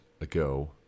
ago